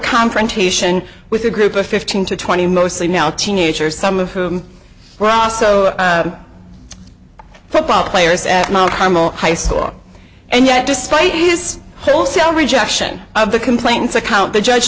confrontation with a group of fifteen to twenty mostly now teenagers some of whom were also football players at mt carmel high school and yet despite his wholesale rejection of the complaints account the judge